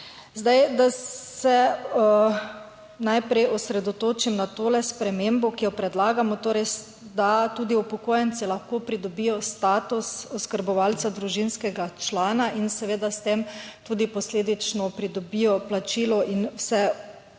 Zdaj, da se najprej osredotočim na to spremembo, ki jo predlagamo, torej, da tudi upokojenci lahko pridobijo status oskrbovalca družinskega člana in seveda s tem tudi posledično pridobijo plačilo in vse